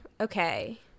Okay